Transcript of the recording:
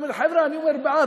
הוא אומר: חבר'ה, אני אומר בעד.